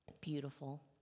Beautiful